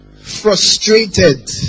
frustrated